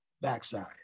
backside